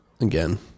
Again